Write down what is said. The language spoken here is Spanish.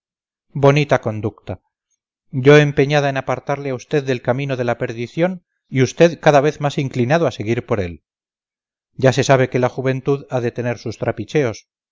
bonita conducta yo empeñada en apartarle a usted del camino de la perdición y usted cada vez más inclinado a seguir por él ya se sabe que la juventud ha de tener sus trapicheos